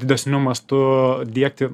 didesniu mastu diegti